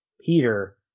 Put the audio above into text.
Peter